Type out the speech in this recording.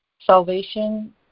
salvation